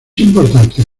importante